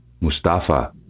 Mustafa